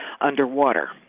underwater